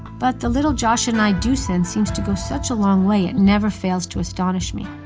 but the little josh and i do send seems to go such a long way, it never fails to astonish me.